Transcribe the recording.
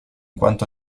quanto